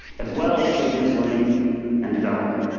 as well as children's learning and development.